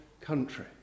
country